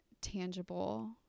tangible